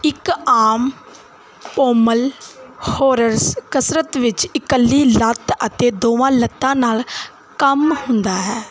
ਇੱਕ ਆਮ pommel horse ਕਸਰਤ ਵਿੱਚ ਇਕੱਲੀ ਲੱਤ ਅਤੇ ਦੋਵਾਂ ਲੱਤਾਂ ਨਾਲ ਕੰਮ ਹੁੰਦਾ ਹੈ